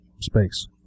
space